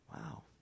Wow